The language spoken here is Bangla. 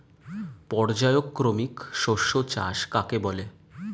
পর্যায়ক্রমিক শস্য চাষ কাকে বলে?